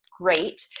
great